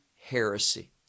heresy